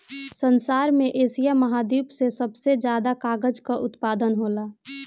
संसार में एशिया महाद्वीप से सबसे ज्यादा कागल कअ उत्पादन होला